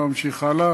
ולא אמשיך הלאה,